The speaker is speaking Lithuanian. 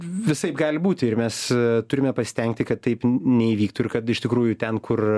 visaip gali būti ir mes turime pasistengti kad taip n neįvyktų ir kad iš tikrųjų ten kur